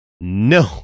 No